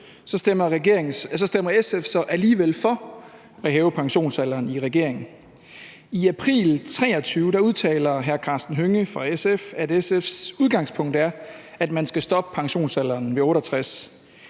stemmer SF så alligevel for at hæve pensionsalderen i regering. I april 2023 udtaler hr. Karsten Hønge fra SF, at SF's udgangspunkt er, at man skal stoppe pensionsalderen ved 68